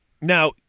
now